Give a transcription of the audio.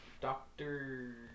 Doctor